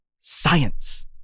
science